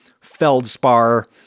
feldspar